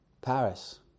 Paris